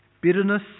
Bitterness